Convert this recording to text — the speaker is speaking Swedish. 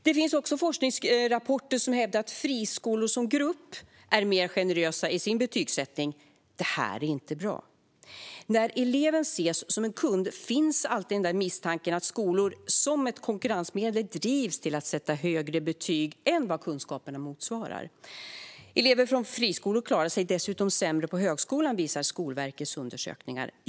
Det finns också forskningsrapporter som hävdar att friskolor som grupp är mer generösa i sin betygsättning. Detta är inte bra. När eleven ses som en kund finns alltid misstanken att skolor som ett konkurrensmedel drivs till att sätta högre betyg än vad kunskaperna motsvarar. Elever från friskolor klarar sig dessutom sämre på högskolan, visar Skolverkets undersökningar.